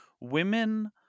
women